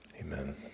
Amen